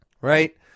Right